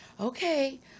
okay